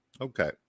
Okay